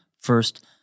first